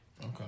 Okay